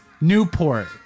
Newport